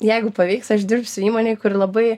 jeigu pavyks aš dirbsiu įmonėj kur labai